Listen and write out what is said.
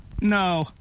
No